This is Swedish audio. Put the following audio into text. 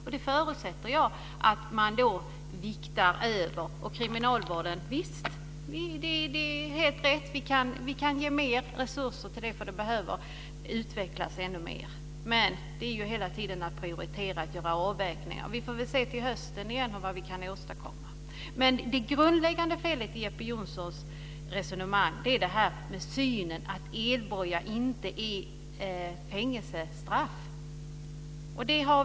Jag förutsätter att man då viktar över medel från kriminalvården. Det är helt rätt att vi kan ge mer resurser till frivården. Den behöver utvecklas ännu mer. Men det gäller hela tiden att prioritera och göra avvägningar. Vi får se till hösten vad vi kan åstadkomma. Men det grundläggande felet i Jeppe Johnssons resonemang är synen att elboja inte är fängelsestraff.